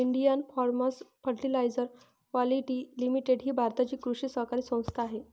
Indian farmers fertiliser quality limited ही भारताची कृषी सहकारी संस्था आहे